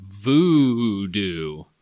voodoo